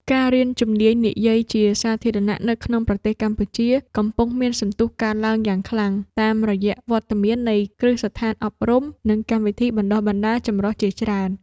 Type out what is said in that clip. ការរៀនជំនាញនិយាយជាសាធារណៈនៅក្នុងប្រទេសកម្ពុជា កំពុងមានសន្ទុះកើនឡើងយ៉ាងខ្លាំង តាមរយៈវត្តមាននៃគ្រឹះស្ថានអប់រំ និងកម្មវិធីបណ្ដុះបណ្ដាលចម្រុះជាច្រើន។